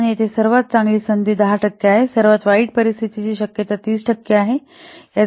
आणि येथे सर्वात चांगली संधी 10 टक्के आहे सर्वात वाईट परिस्थितीची शक्यता 30 टक्के आहे